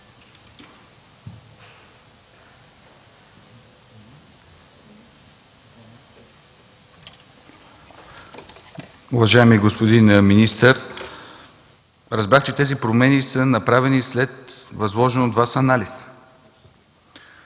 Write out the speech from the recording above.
Уважаеми господин министър, разбрах, че тези промени са направени след възложен от Вас анализ.